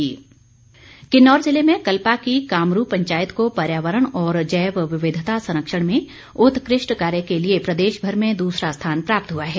पर्यावरण संरक्षण किन्नौर जिले में कल्पा की कामरू पंचायत को पर्यावरण और जैव विविधता संरक्षण में उत्कृष्ट कार्य के लिए प्रदेश भर में दूसरा स्थान प्राप्त हुआ है